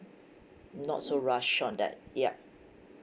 not so rush on that yup